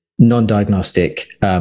non-diagnostic